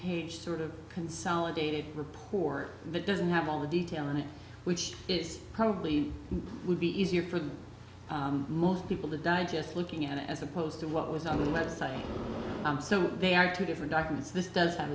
page sort of consolidated report but doesn't have all the detail on it which is probably would be easier for most people to digest looking at as opposed to what was on the website so they are two different documents this does have